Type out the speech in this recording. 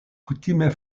kutime